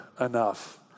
enough